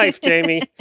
Jamie